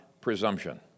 presumption